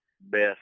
best